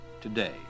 today